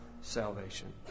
salvation